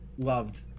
loved